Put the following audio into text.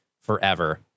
forever